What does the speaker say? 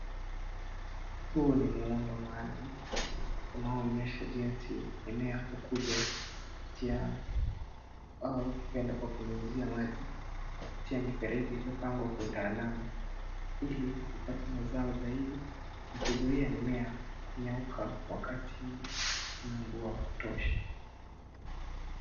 Huu ni muundo maalum, unaonyesha jinsi mimea hukuzwa hupitia au ukipenda kwa kunyunyizia maji kupitia mifereji iliyopangwa kwa utaalamu ili upate mazao zaidi na kuzuia mimea kunyauka wakati hakuna mvua wa kutosha.